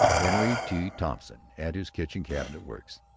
henry t. thompson, at his kitchen-cabinet works,